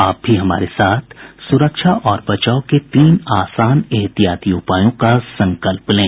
आप भी हमारे साथ सुरक्षा और बचाव के तीन आसान एहतियाती उपायों का संकल्प लें